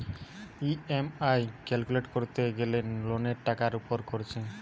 EMI calculate কোরতে গ্যালে লোনের টাকার উপর কোরছে